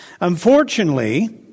Unfortunately